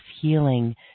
healing